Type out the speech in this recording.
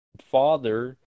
father